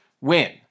win